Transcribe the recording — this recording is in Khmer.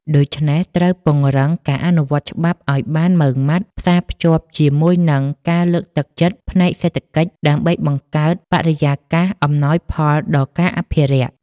ដូច្នេះ ត្រូវពង្រឹងការអនុវត្តច្បាប់ឱ្យបានម៉ឺងម៉ាត់ ផ្សារភ្ជាប់ជាមួយនឹងការលើកទឹកចិត្តផ្នែកសេដ្ឋកិច្ចដើម្បីបង្កើតបរិយាកាសអំណោយផលដល់ការអភិរក្ស។